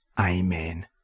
Amen